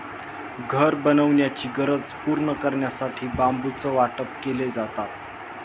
घर बनवण्याची गरज पूर्ण करण्यासाठी बांबूचं वाटप केले जातात